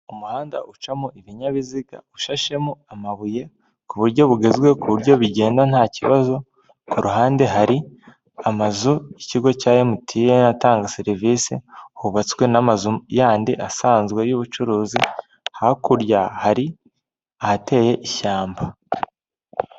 Umuhanda ucamo ibinyabiziga ushashemo amabuye ku buryo bugezwe ku buryo bigenda nta kibazo, ku ruhande hari amazu y'ikigo cya emutiyene atanga serivisi hubatswe n'amazu yandi asanzwe y'ubucuruzi hakurya hari ahateye ishyamba.